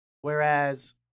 whereas